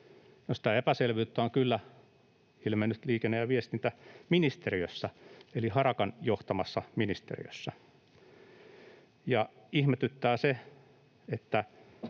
sitä epäselvyyttä on kyllä ilmennyt liikenne- ja viestintäministeriössä eli Harakan johtamassa ministeriössä. Ihmetyttää se, että